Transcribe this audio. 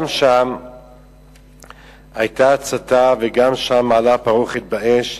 גם שם היתה הצתה וגם שם עלתה הפרוכת באש.